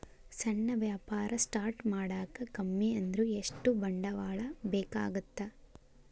ಸಣ್ಣ ವ್ಯಾಪಾರ ಸ್ಟಾರ್ಟ್ ಮಾಡಾಕ ಕಮ್ಮಿ ಅಂದ್ರು ಎಷ್ಟ ಬಂಡವಾಳ ಬೇಕಾಗತ್ತಾ